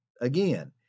Again